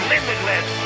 Limitless